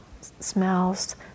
smells